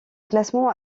classement